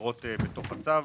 בתוך הצו.